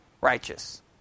righteous